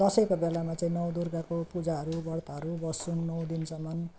दसैँको बेलामा चाहिँ नौ दुर्गाको पूजाहरू व्रतहरू बस्छौँ नौ दिनसम्म